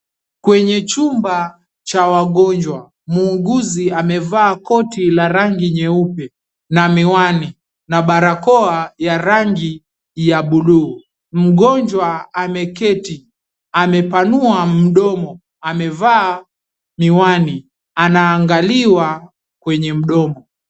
Kwenye chumba cha wagonjwa, muuguzi amevaa koti la rangi nyeupe na miwani na barakoa ya rangi ya buluu, mgonjwa ameketi amepanua mdomo amevaa miwani anaangaliwa kwenye mdomo.